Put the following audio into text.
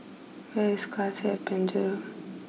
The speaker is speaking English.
where is Cassia and Penjuru